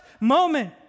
moment